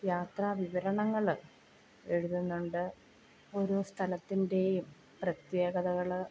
യാത്രാ വിവരണങ്ങൾ എഴുതുന്നുണ്ട് ഓരോ സ്ഥലത്തിന്റെയും പ്രത്യേകതകൾ